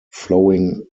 flowing